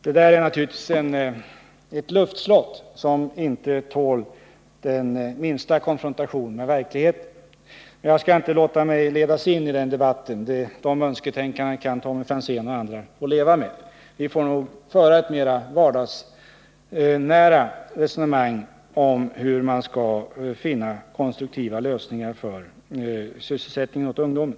Det där är naturligtvis ett luftslott som inte tål den minsta konfrontation med verkligheten. Jag skall inte låta mig ledas in i den debatten, de önsketänkandena kan Tommy Franzén och andra få leva med. Vi får nog föra ett mera vardagsnära resonemang om hur man skall finna konstruktiva lösningar för att skapa sysselsättning åt ungdomen.